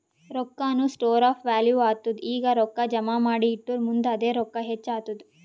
ರೊಕ್ಕಾನು store of value ಆತ್ತುದ್ ಈಗ ರೊಕ್ಕಾ ಜಮಾ ಮಾಡಿ ಇಟ್ಟುರ್ ಮುಂದ್ ಅದೇ ರೊಕ್ಕಾ ಹೆಚ್ಚ್ ಆತ್ತುದ್